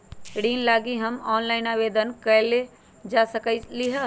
ऋण लागी अब ऑनलाइनो आवेदन कएल जा सकलई ह